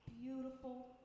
beautiful